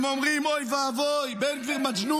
הם אומרים: אוי ואבוי, בן גביר מג'נון.